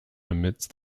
amidst